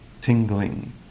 tingling